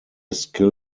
skill